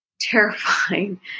terrifying